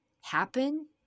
happen